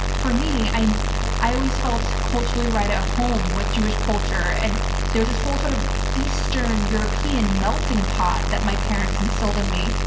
for me, i i always felt culturally right at home with jewish culture, and there was this whole sort of eastern european melting pot that my parents instilled in me.